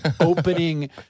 Opening